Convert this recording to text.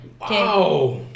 wow